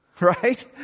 Right